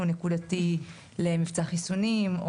אני חברה בפורום מחלימים,